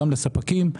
גם לספקים,